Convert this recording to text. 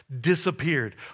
disappeared